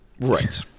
Right